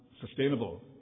sustainable